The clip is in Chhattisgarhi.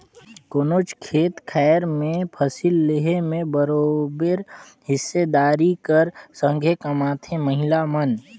कोनोच खेत खाएर में फसिल लेहे में बरोबेर हिस्सादारी कर संघे कमाथें महिला मन